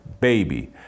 baby